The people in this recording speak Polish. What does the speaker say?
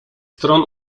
stron